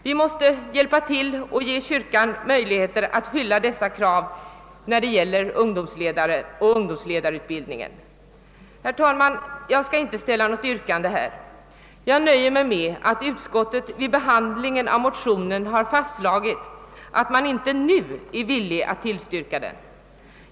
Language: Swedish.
Vi måste ge kyrkan möjligheter att fylla kraven på ungdomsledarutbildningen. Herr talman! Jag skall inte här ställa något yrkande; jag nöjer mig med att utskottet vid behandlingen av motionen har fastslagit att man inte nu är villig att tillstyrka den.